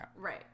Right